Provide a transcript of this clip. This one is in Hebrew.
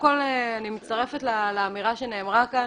מצטרפת לאמירה שנאמרה כאן